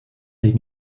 des